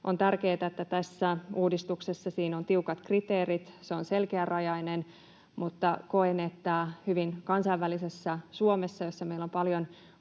On tärkeätä, että tässä uudistuksessa on tiukat kriteerit, se on selkeärajainen, mutta koen, että hyvin kansainvälisessä Suomessa, jossa meillä on paljon